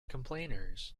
complainers